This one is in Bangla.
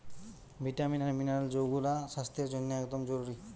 ভিটামিন আর মিনারেল যৌগুলা স্বাস্থ্যের জন্যে একদম জরুরি